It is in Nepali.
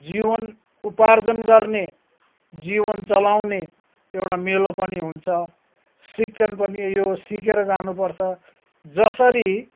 जीवन उपार्जन गर्ने जीवन चलाउने एउटा मेलो पनि हुन्छ सिक्छन् पनि यो सिकेर जानुपर्छ जसरी